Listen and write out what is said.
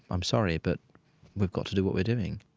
i'm sorry, but we've got to do what we're doing